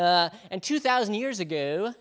and two thousand years ago